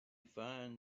find